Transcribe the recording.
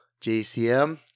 JCM